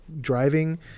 driving